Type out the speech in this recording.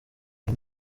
ibi